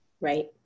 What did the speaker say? Right